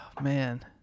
Man